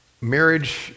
Marriage